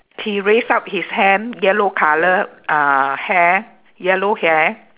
he raised up his hand yellow colour uh hair yellow hair